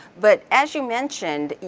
but as you mentioned,